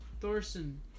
Thorson